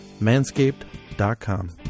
manscaped.com